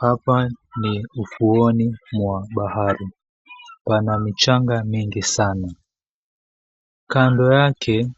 Hapa ni ufuoni mwa bahari. Pana mchanga mingi sana. Kando yake